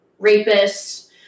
rapists